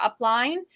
upline